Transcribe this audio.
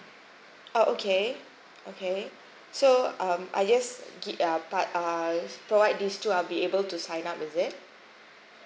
oh okay okay so uh I just giv~ pa~ uh provide these two I'll be able to sign up is it